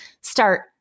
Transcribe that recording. start